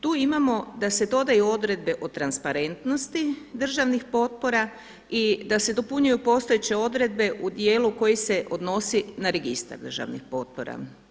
Tu imamo da se dodaju odredbe o transparentnosti državnih potpora i da se dopunjuju postojeće odredbe u dijelu koji se odnosi na registar državni potpora.